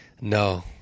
No